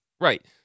right